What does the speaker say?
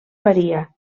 varia